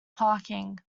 parking